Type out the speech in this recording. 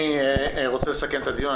אני רוצה לסכם את הדיון.